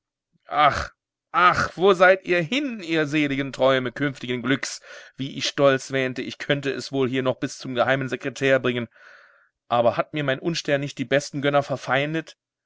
ach wo seid ihr hin ihr seligen träume künftigen glücks wie ich stolz wähnte ich könne es wohl hier noch bis zum geheimen sekretär bringen aber hat mir mein unstern nicht die besten gönner verfeindet